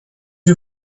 you